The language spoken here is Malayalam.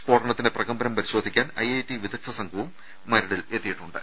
സ്ഫോടനത്തിന്റെ പ്രകമ്പനം പരിശോധിക്കാൻ ഐ ഐ ടി വിദഗ്ധ സംഘവും മരടിൽ എത്തിയിട്ടുണ്ട്